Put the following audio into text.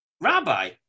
Rabbi